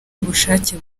ubushake